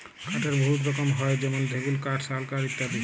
কাঠের বহুত রকম হ্যয় যেমল সেগুল কাঠ, শাল কাঠ ইত্যাদি